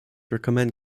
recommend